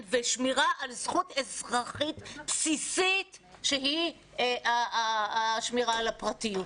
ושמירה על זכות אזרחית בסיסית שהיא שמירה על הפרטיות,